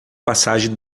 passagem